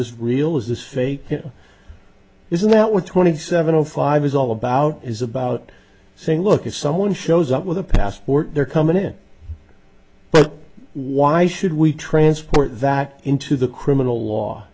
this real is this fake you know isn't that what twenty seven o five is all about is about saying look if someone shows up with a passport they're coming in but why should we transport that into the criminal law